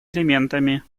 элементами